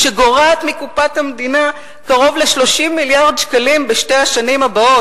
שגורעת מקופת המדינה קרוב ל-30 מיליארד שקלים בשתי השנים הבאות?